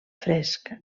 fresc